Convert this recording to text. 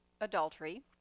adultery